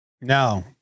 No